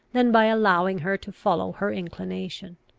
than by allowing her to follow her inclination.